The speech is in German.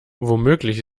womöglich